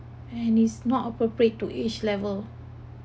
and it's not appropriate to age level